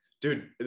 dude